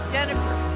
Jennifer